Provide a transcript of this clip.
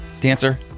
dancer